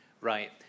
Right